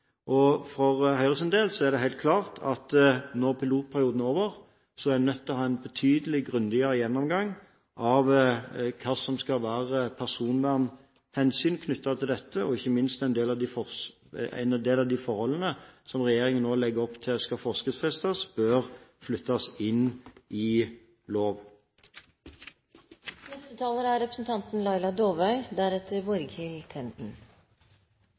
For Høyres del er det helt klart at når pilotperioden er over, er vi nødt til å ha en betydelig grundigere gjennomgang av hva som skal være personvernhensyn knyttet til dette. Ikke minst en del av de forholdene som regjeringen nå legger opp til skal forskriftsfestes, bør implementeres i lov. Jeg vil først vise til saksordførerens innlegg, som jeg er helt enig i og slutter meg til. Innføring av nasjonal kjernejournal er